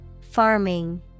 Farming